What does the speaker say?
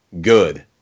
good